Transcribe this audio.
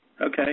Okay